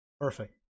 Perfect